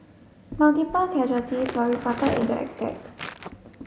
multiple casualties were reported in the attacks